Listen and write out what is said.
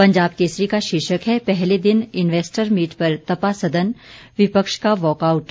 पंजाब केसरी का शीर्षक है पहले दिन इन्वैस्टर्स मीट पर तपा सदन विपक्ष का वॉकआउट